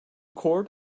cord